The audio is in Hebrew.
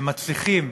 שמצליחים